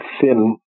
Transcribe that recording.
thin